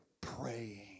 praying